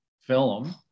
film